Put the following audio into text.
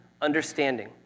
understanding